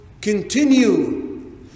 continue